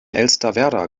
elsterwerda